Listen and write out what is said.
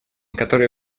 которые